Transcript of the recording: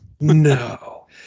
No